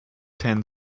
ten